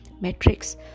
metrics